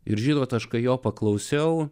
ir žinot aš kai jo paklausiau